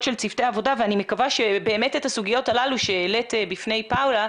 של צוותי העבודה ואני מקווה שבאמת את הסוגיות שהעלית בפני פאולה,